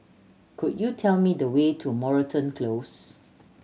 could you tell me the way to Moreton Close